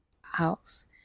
house